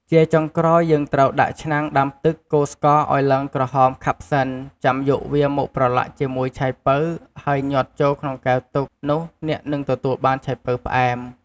ជាចុងក្រោយយេីងត្រូវដាក់ឆ្នាំងដាំទឹកកូរស្ករឱ្យឡើងក្រហមខាប់សិន ចាំយកវាមកប្រឡាក់ជាមួយឆៃប៉ូវហើយញាត់ចូលក្នុងកែវទុក នោះអ្នកនឹងទទួលបានឆៃប៉ូវផ្អែម។